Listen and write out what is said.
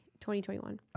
2021